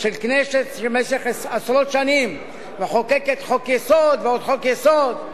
של כנסת שבמשך עשרות שנים מחוקקת חוק-יסוד ועוד חוק-יסוד.